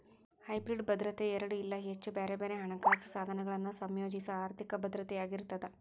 hybrid ಭದ್ರತೆ ಎರಡ ಇಲ್ಲಾ ಹೆಚ್ಚ ಬ್ಯಾರೆ ಬ್ಯಾರೆ ಹಣಕಾಸ ಸಾಧನಗಳನ್ನ ಸಂಯೋಜಿಸೊ ಆರ್ಥಿಕ ಭದ್ರತೆಯಾಗಿರ್ತದ